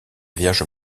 vierge